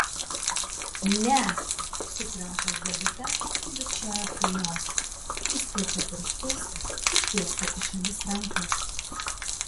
ne sukriošęs dabita klibikščiuoja prie jos išskečia pirštus ištiesia į šalis rankas